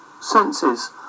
senses